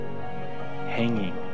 hanging